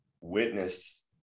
witness